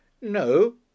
no